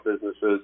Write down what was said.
businesses